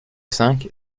cinq